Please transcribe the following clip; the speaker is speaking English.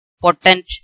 potent